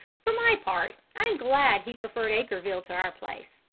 for my part, i'm glad he preferred acreville to our place.